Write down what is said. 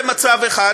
זה מצב אחד,